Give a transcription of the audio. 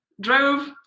drove